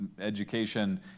education